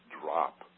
drop